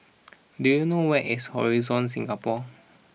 do you know where is Horizon Singapore